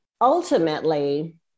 ultimately